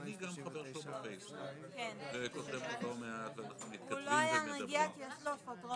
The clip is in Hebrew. הוא לא יכול להיות בביצוע אם אין את התקנות.